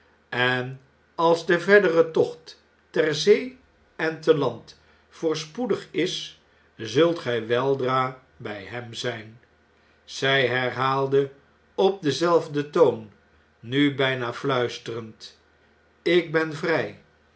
en als de verdere tocht ter zee en te land voorspoedig is zult gij weldra bij hem zijn zij herhaalde op denzelfden toon nu bijna fluisterend lk ben vrij